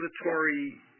regulatory